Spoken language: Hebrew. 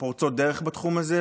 שפורצות דרך בתחום הזה,